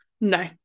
No